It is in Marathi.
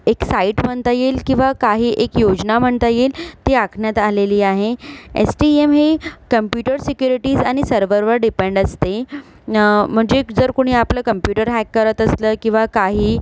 एक साईट म्हणता येईल किंवा काही एक योजना म्हणता येईल ती आखण्यात आलेली आहे एसटीईएम हे कंप्युटर सिक्युरिटीज आणि सर्व्हरवर डिपेंड असते म्हणजे जर कुणी आपलं कंप्युटर हॅक करत असलं किंवा काहीही